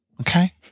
Okay